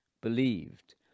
believed